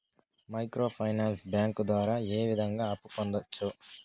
micro finance bank ద్వారా ఏ విధంగా అప్పు పొందొచ్చు